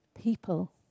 people